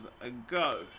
ago